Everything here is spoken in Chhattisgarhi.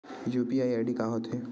यू.पी.आई आई.डी का होथे?